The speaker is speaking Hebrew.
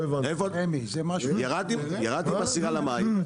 ירדתי עם הסירה למים,